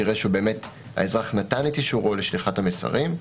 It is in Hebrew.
תראה שהאזרח נתן את אישורו לשליחת המסרים,